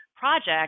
project